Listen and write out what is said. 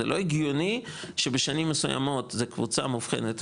זה לא הגיוני שבשנים מסוימות זו קבוצה מאובחנת,